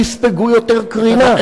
יספגו יותר קרינה.